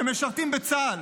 שמשרתים בצה"ל